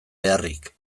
beharrik